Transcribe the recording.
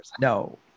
No